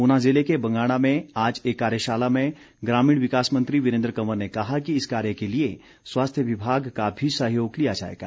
ऊना ज़िले के बंगाणा में आज एक कार्यशाला में ग्रामीण विकास मंत्री वीरेन्द्र कंवर ने कहा कि इस कार्य के लिए स्वास्थ्य विभाग का भी सहयोग लिया जाएगा